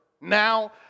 Now